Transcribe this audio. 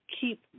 keep